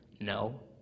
no